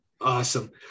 Awesome